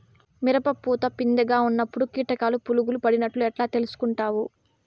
మిరప పూత పిందె గా ఉన్నప్పుడు కీటకాలు పులుగులు పడినట్లు ఎట్లా తెలుసుకుంటావు?